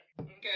Okay